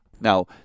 Now